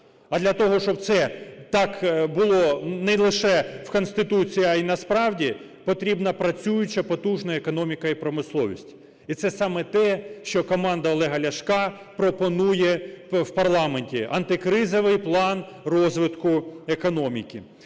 А для того, щоб це так було не лише в Конституції, а й насправді потрібна працююча потужна економіка і промисловість. І це саме те, що команда Олега Ляшка пропонує в парламенті, – антикризовий план розвитку економіки.